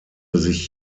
sich